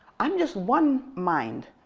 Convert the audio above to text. i'm just one mind.